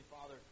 Father